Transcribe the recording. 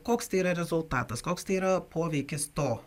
koks tai yra rezultatas koks tai yra poveikis to